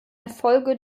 erfolge